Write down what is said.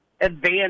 advanced